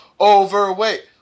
overweight